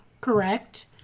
correct